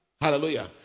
Hallelujah